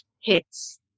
hits